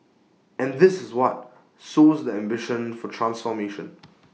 and this is what sows the ambition for transformation